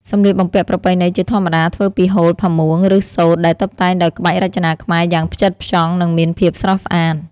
សម្លៀកបំពាក់ប្រពៃណីជាធម្មតាធ្វើពីហូល ផាមួង ឬសូត្រដែលតុបតែងដោយក្បាច់រចនាខ្មែរយ៉ាងផ្ចិតផ្ចង់នឹងមានភាពស្រស់ស្អាត ។